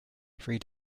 three